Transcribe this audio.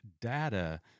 data